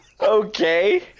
Okay